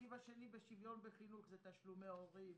המרכיב השני בשוויון בחינוך הוא תשלומי הורים,